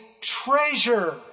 treasure